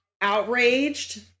outraged